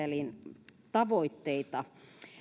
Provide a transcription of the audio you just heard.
todellakin pitkän aikavälin tavoitteita